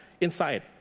inside